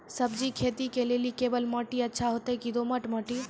सब्जी खेती के लेली केवाल माटी अच्छा होते की दोमट माटी?